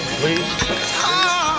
please